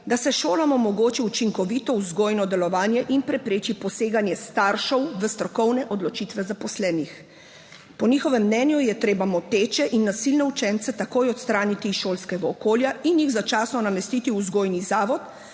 da se šolam omogoči učinkovito vzgojno delovanje in prepreči poseganje staršev v strokovne odločitve zaposlenih. Po njihovem mnenju je treba moteče in nasilne učence takoj odstraniti iz šolskega okolja in jih začasno namestiti v vzgojni zavod